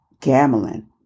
Gambling